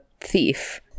thief